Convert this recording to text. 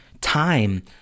time